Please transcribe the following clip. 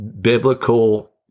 biblical